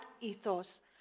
ethos